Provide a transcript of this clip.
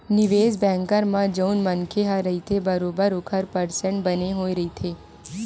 निवेस बेंकर म जउन मनखे ह रहिथे बरोबर ओखर परसेंट बने होय रहिथे